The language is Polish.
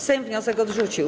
Sejm wniosek odrzucił.